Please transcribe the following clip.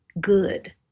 good